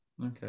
Okay